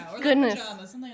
Goodness